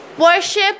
Worship